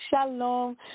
Shalom